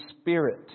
spirit